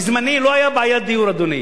בזמני לא היתה בעיית דיור, אדוני.